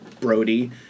Brody